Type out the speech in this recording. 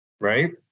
right